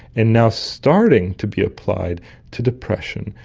and now starting to be applied to depression,